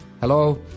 Hello